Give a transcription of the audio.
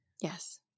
Yes